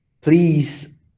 please